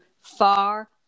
far